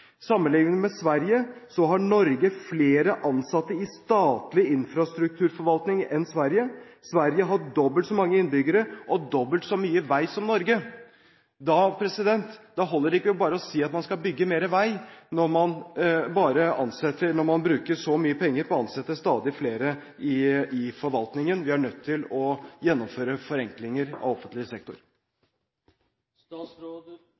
med Sverige, har Norge flere ansatte i statlig infrastrukturforvaltning. Sverige har dobbelt så mange innbyggere og dobbelt så mye vei som Norge. Da holder det ikke bare å si at man skal bygge mer vei, når man bruker så mye penger på å ansette stadig flere i forvaltningen. Vi er nødt til å gjennomføre forenklinger av offentlig